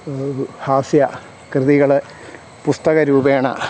ഹാസ്യ കൃതികൾ പുസ്തക രൂപേണ